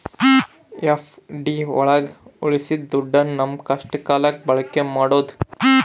FD ಒಳಗ ಉಳ್ಸಿದ ದುಡ್ಡನ್ನ ನಮ್ ಕಷ್ಟ ಕಾಲಕ್ಕೆ ಬಳಕೆ ಮಾಡ್ಬೋದು